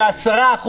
ב-10%,